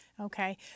okay